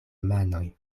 manoj